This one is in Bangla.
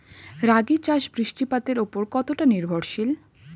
রাগী চাষ বৃষ্টিপাতের ওপর কতটা নির্ভরশীল?